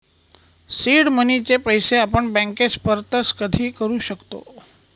seed मनीचे पैसे आपण बँकेस परत कधी करू शकतो